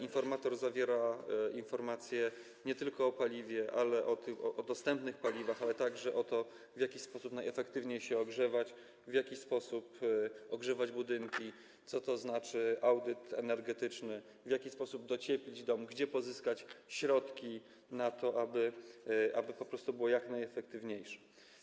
Informator zawiera informacje nie tylko o paliwie, o dostępnych paliwach, ale też o tym, w jaki sposób najefektywniej się ogrzewać, w jaki sposób ogrzewać budynki, co to znaczy „audyt energetyczny”, w jaki sposób docieplić dom, gdzie pozyskać środki na to, aby po prostu było to jak najefektywniejsze.